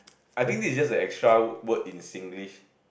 I think this is just a extra word in Singlish